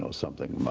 something